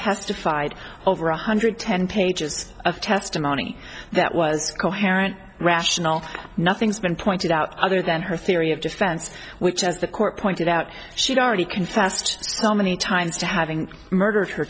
testified over one hundred ten pages of testimony that was coherent rational nothing's been pointed out other than her theory of defense which as the court pointed out she'd already confessed so many times to having murdered her